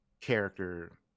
character